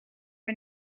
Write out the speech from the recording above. are